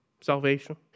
salvation